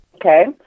Okay